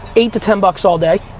eight to ten bucks all day.